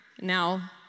Now